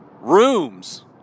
rooms